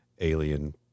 alien